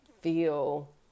feel